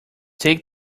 take